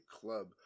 club